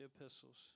epistles